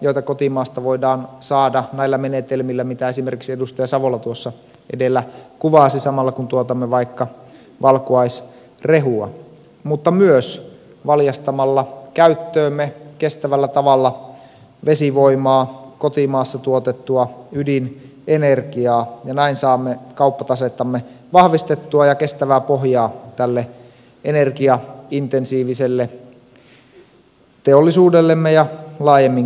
joita kotimaasta voidaan saada näillä menetelmillä mitä esimerkiksi edustaja savola edellä kuvasi samalla kun tuotamme vaikka valkuaisrehua mutta myös valjastamalla käyttöömme kestävällä tavalla vesivoimaa kotimaassa tuotettua ydinenergiaa ja näin saamme kauppatasettamme vahvistettua ja kestävää pohjaa tälle energiaintensiiviselle teollisuudellemme ja laajemminkin suomalaiselle yhteiskunnalle